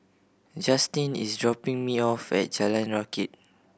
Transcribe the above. Justine is dropping me off at Jalan Rakit